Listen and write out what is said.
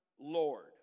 Lord